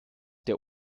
der